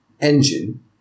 engine